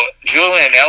Julian